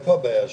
איפה הבעיה שלנו?